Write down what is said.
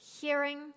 hearing